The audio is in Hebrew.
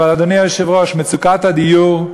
אבל, אדוני היושב-ראש, מצוקת הדיור,